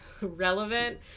relevant